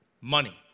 money